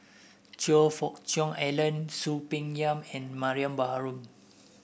Choe Fook Cheong Alan Soon Peng Yam and Mariam Baharom